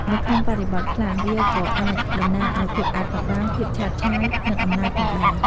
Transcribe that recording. នៅក្នុងបរិបទខ្លះ វាក៏អាចតំណាងឱ្យភាពអាថ៌កំបាំង ភាពឆើតឆាយ និងអំណាចផងដែរ។